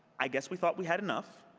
i guess we thought we had enough.